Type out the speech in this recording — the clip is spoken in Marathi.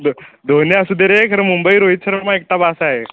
धो धोनी असू दे रे खरं मुंबई रोहित शर्मा एकटा बस्स आहे